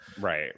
Right